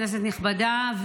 כנסת נכבדה,